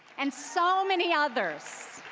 and so many others.